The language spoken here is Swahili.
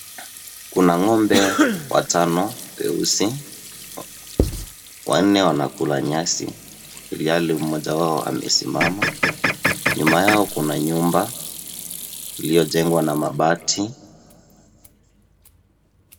Kuna ngo'ombe watano weusi, wanne wanakula nyasi ilhali mmoja wao amesimama, nyuma yao kuna nyumba iliyojengwa na mabati.